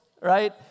right